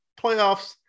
playoffs